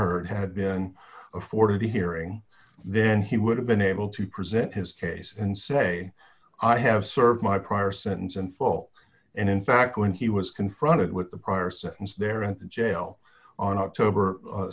hurd had been afforded the hearing then he would have been able to present his case and say i have served my prior sentence in full and in fact when he was confronted with the parson's they're in jail on october